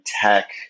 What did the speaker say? tech